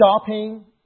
shopping